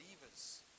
believers